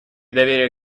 доверие